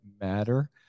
matter